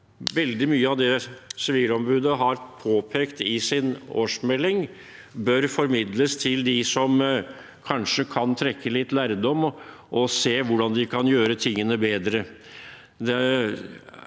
veldig mye av det Sivilombudet har påpekt i sin årsmelding, bør formidles til dem som kanskje kan trekke litt lærdom og se hvordan de kan gjøre tingene bedre.